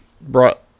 brought